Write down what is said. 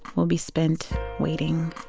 will be spent waiting